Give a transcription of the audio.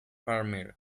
palmer